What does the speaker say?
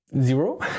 zero